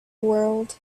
world